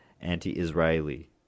anti-Israeli